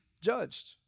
judged